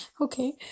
Okay